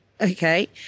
okay